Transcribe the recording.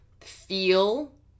feel